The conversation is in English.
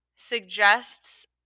Suggests